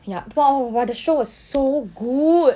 ya but oh but the show was so good